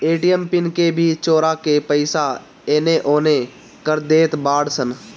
ATM PIN के भी चोरा के पईसा एनेओने कर देत बाड़ऽ सन